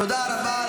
תודה רבה.